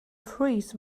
freeze